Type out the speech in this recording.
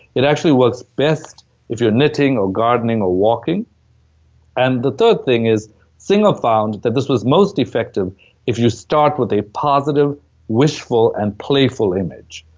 it actually works best if you're knitting, or gardening or walking and the third thing is singer found that this was most effective if you start with a positive wishful and playful image.